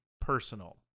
personal